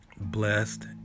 blessed